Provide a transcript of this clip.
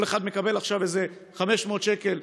כל אחד מקבל עכשיו איזה 500 שקל,